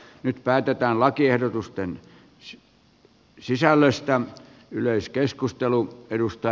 nyt päätetään lakiehdotusten sisällöstä